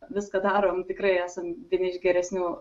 viską darom tikrai esam vieni iš geresnių